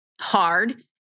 hard